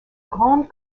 grande